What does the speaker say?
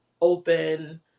open